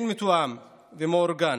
זה כן מתואם ומאורגן,